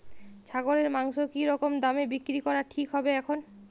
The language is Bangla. ছাগলের মাংস কী রকম দামে বিক্রি করা ঠিক হবে এখন?